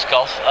Golf